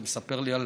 אתה מספר לי על,